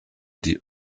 die